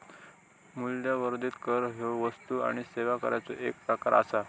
मूल्यवर्धित कर ह्यो वस्तू आणि सेवा कराचो एक प्रकार आसा